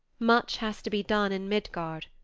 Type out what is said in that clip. much has to be done in midgard,